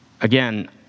Again